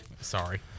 Sorry